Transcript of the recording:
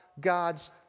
God's